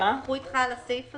"(3)על אף האמור בפסקה